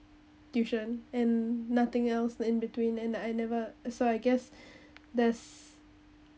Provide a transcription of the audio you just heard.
tuition and nothing else in between then I never so I guess there's